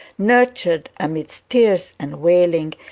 nurtured amidst tears and wailing,